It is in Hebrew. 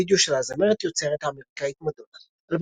וידאו של הזמרת-יוצרת האמריקאית מדונה.